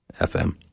FM